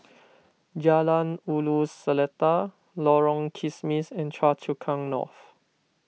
Jalan Ulu Seletar Lorong Kismis and Choa Chu Kang North